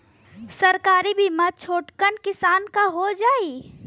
सरकारी बीमा छोटकन किसान क हो जाई?